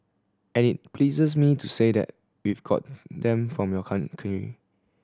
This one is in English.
and it pleases me to say that we've got them from your country